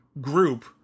group